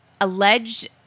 alleged